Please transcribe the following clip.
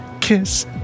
kiss